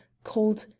cold,